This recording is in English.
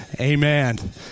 amen